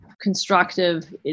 constructive